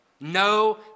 No